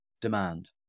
demand